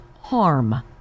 harm